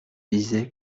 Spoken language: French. disais